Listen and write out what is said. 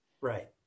Right